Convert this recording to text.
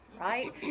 right